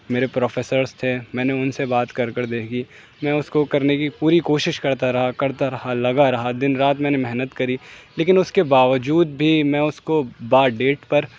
میرے پروفیسرس تھے میں نے ان سے بات کر کر دیکھی میں اس کو کرنے کی پوری کوشش کرتا رہا کرتا رہا لگا رہا دن رات میں نے محنت کری لیکن اس کے باوجود بھی میں اس کو با ڈیٹ پر